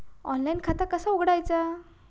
Online खाता कसा उघडायचा?